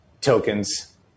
tokens